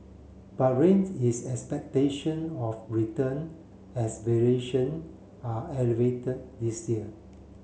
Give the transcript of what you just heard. but reins is expectation of return as valuation are elevated this year